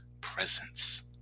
presence